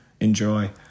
enjoy